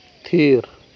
ᱛᱷᱤᱨ